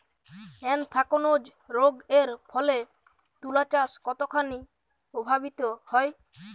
Anthracnose রোগ এর ফলে তুলাচাষ কতখানি প্রভাবিত হয়?